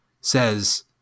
says –